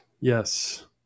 Yes